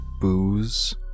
booze